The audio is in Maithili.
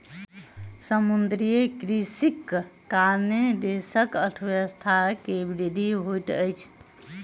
समुद्रीय कृषिक कारणेँ देशक अर्थव्यवस्था के वृद्धि होइत अछि